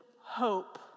hope